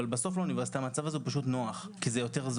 אבל בסוף לאוניברסיטה המצב הזה פשוט נוח כי זה זול יותר.